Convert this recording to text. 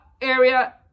area